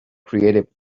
creative